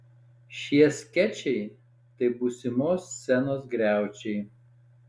šie skečai tai būsimos scenos griaučiai